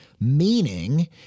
meaning